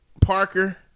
Parker